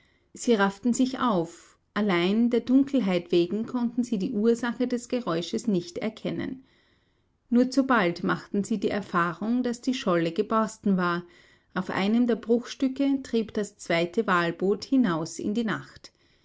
sie rafften sich auf allein der dunkelheit wegen konnten sie die ursache des geräusches nicht erkennen nur zu bald machten sie die erfahrung daß die scholle geborsten war auf einem der bruchstücke trieb das zweite walboot hinaus in die nacht